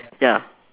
ya